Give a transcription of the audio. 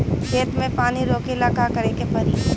खेत मे पानी रोकेला का करे के परी?